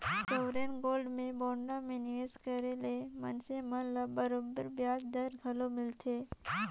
sovereign gold में bond में निवेस करे ले मइनसे मन ल बरोबेर बियाज दर घलो मिलथे